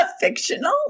fictional